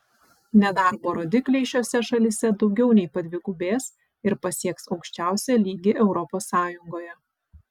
nedarbo rodikliai šiose šalyse daugiau nei padvigubės ir pasieks aukščiausią lygį europos sąjungoje